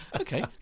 Okay